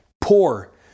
poor